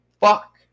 fuck